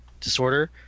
disorder